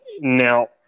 Now